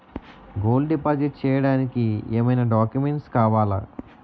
Gold deposit చేయడానికి ఏమైనా documents కావాలా?